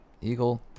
Eagle